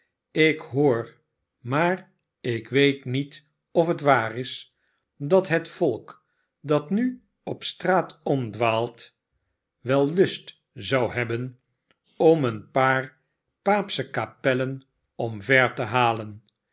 sik hoor inaar ik weet niet of het waar is dat het volk dat nu op straat omdwaalt wel lust zou hebben om een paar paapsche kapellen omver te halen